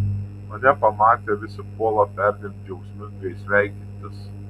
mane pamatę visi puola perdėm džiaugsmingai sveikintis